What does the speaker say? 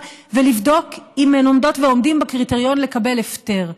ולבדוק אם הן עומדות ועומדים בקריטריון לקבל הפטר.